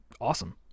awesome